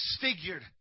disfigured